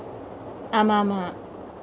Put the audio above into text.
ஆமா ஆமா:aamaa aamaa